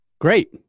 Great